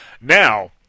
Now